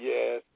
Yes